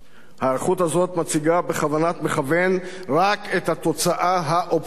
ההיערכות הזאת מציגה בכוונת מכוון רק את התוצאה האופטימלית,